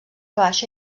baixa